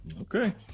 Okay